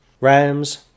Rams